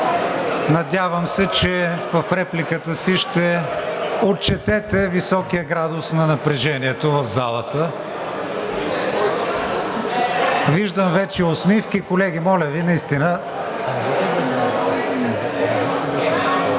надявам, че в репликата си ще отчетете високия градус на напрежението в залата. Виждам вече усмивки, колеги, моля Ви, наистина…